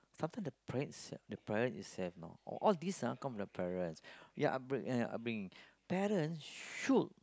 sometimes the parent itselft the parents itself you know all these ah come from the parents ya upbringing ya ya upbringing parents should